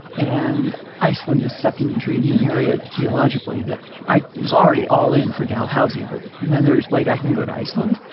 and iceland is such an intriguing area geologically that i was already all in for dalhousie, but then there's wait, i can go to iceland.